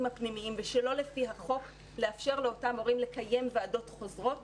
הפנימיים ולא לפי החוק לאפשר לאותם מורים לקיים ועדות חוזרות